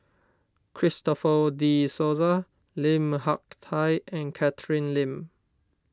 Christopher De Souza Lim Hak Tai and Catherine Lim